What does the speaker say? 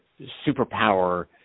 superpower